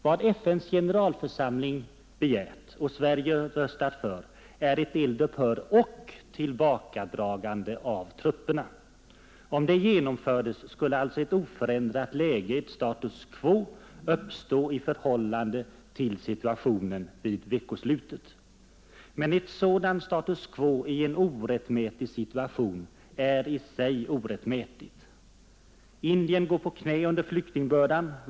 Vad FN:s generalförsamling begärt och Sverige röstat för är ett eld-upphör och tillbakadragande av trupperna. Om det genomfördes skulle alltså ett oförändrat läge, ett status quo, uppstå i förhållande till situationen vid veckoslutet. Men ett sådant status quo i en orättmätig situation är i sig orättmätigt. Indien går på knä under flyktingbördan.